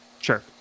sure